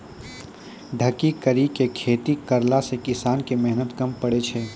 ढकी करी के खेती करला से किसान के मेहनत कम पड़ै छै